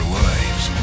lives